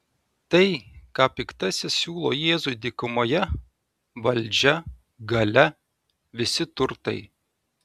tai ką piktasis siūlo jėzui dykumoje valdžia galia visi turtai